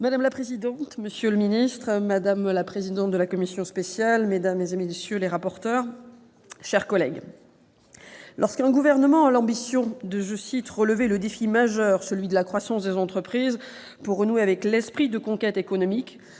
Madame la présidente, monsieur le ministre, madame la présidente de la commission spéciale, madame, messieurs les rapporteurs, mes chers collègues, lorsqu'un gouvernement a l'ambition de « relever un défi majeur, celui de la croissance des entreprises, pour renouer avec l'esprit de conquête économique »,